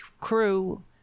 crew